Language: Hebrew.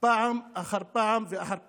פעם אחר פעם אחר פעם,